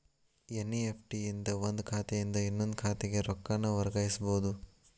NEFT ಇಂದ ಒಂದ್ ಖಾತೆಯಿಂದ ಇನ್ನೊಂದ್ ಖಾತೆಗ ರೊಕ್ಕಾನ ವರ್ಗಾಯಿಸಬೋದು